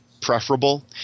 preferable